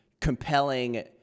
compelling